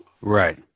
Right